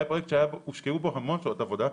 היה פרויקט שהושקעו בו המון שעות עבודה,